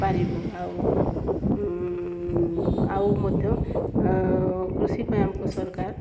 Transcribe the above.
ପାରିବୁ ଆଉ ଆଉ ମଧ୍ୟ କୃଷି ପାଇଁ ଆମକୁ ସରକାର